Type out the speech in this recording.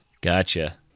Gotcha